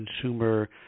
consumer